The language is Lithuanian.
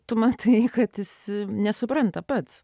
tu matai kad jis nesupranta pats